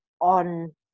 on